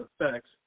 effects